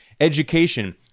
education